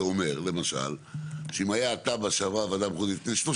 זה אומר למשל שאם היה תב"ע שעברה ועדה מחוזית לפני 30